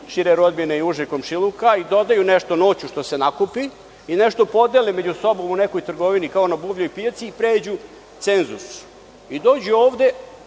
šire rodbine i užeg komšiluka i dodaju nešto noću što se nakupi i nešto podele među sobom u nekoj trgovini kao na buvljoj pijaci i pređu cenzus. Dođu ovde